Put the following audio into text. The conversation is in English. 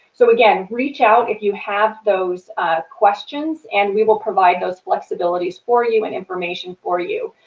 so again reach out if you have those questions and we will provide those flexibilities for you, and information for you.